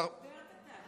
לא, הוא סוגר את זה.